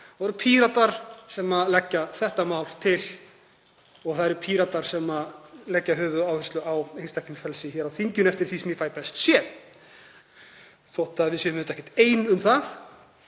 Það eru Píratar sem leggja þetta mál til og það eru Píratar sem leggja höfuðáherslu á einstaklingsfrelsið hér á þinginu, eftir því sem ég fæ best séð. Þó að við séum ekki ein um það